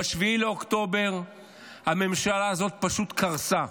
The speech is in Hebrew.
ב-7 באוקטובר הממשלה הזאת פשוט קרסה.